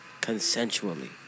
Consensually